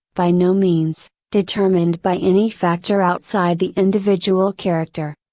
by no means, determined by any factor outside the individual character.